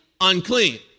unclean